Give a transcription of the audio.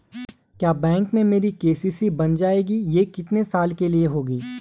क्या बैंक में मेरी के.सी.सी बन जाएगी ये कितने साल के लिए होगी?